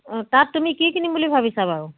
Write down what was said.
অঁ তাত তুমি কি কিনিম বুলি ভাবিছা বাৰু